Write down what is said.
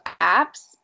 apps